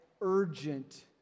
urgent